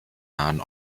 nahen